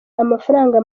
amafaranga